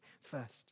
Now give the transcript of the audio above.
first